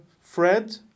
Fred